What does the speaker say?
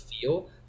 feel